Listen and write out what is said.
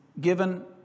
given